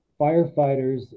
firefighters